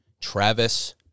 Travis